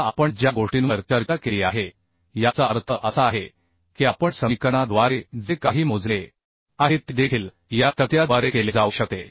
आता आपण ज्या गोष्टींवर चर्चा केली आहे याचा अर्थ असा आहे की आपण समीकरणा द्वारे जे काही मोजले आहे ते देखील या तक्त्याद्वारे केले जाऊ शकते